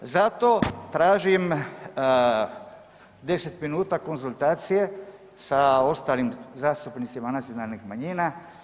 Zato tražim 10 minuta konzultacije sa ostalim zastupnicima nacionalnih manjina.